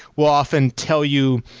will often tell you,